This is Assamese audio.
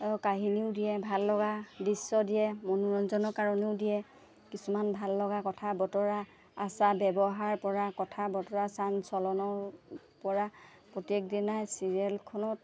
কাহিনীও দিয়ে ভাললগা দৃশ্য দিয়ে মনোৰঞ্জনৰ কাৰণেও দিয়ে কিছুমান ভাললগা কথা বতৰা আচাৰ ব্যৱহাৰৰপৰা কথা বতৰা চাল চলনৰপৰা প্ৰত্যেকদিনাই চিৰিয়েলখনত